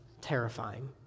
terrifying